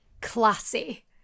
classy